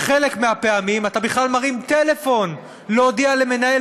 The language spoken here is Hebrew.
בחלק מהפעמים אתה בכלל מרים טלפון להודיע למנהל